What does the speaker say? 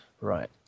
Right